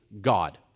God